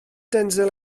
denzil